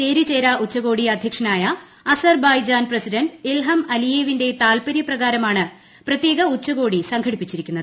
ചേരിചേരാ ഉച്ചകോടി അധ്യക്ഷനായ Azerbaijan president Ilham അലിയേവിന്റെ താല്പര്യ പ്രകാരമാണ് പ്രത്യേക ഉച്ചകോടി സംഘടിപ്പിച്ചിരിക്കുന്നത്